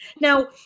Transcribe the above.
Now